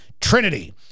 Trinity